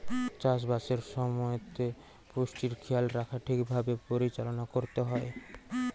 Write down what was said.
চাষ বাসের সময়তে পুষ্টির খেয়াল রাখা ঠিক ভাবে পরিচালনা করতে হয়